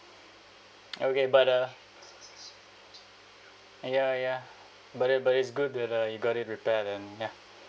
okay but uh ya ya but it but it's good that you got it repaired and ya